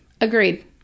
Agreed